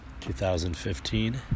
2015